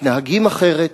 מתנהגים אחרת,